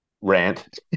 rant